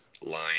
line